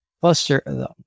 cluster